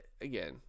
Again